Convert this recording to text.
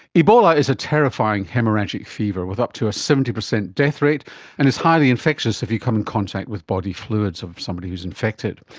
ebola is a terrifying haemorrhagic fever with up to a seventy percent death rate and it's highly infectious if you come in contact with body fluids of somebody who is infected.